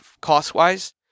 cost-wise